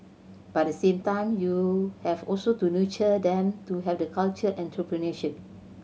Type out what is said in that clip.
but the same time you have also to nurture them to have the culture entrepreneurship